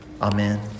Amen